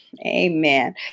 amen